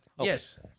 yes